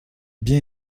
bien